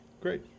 Great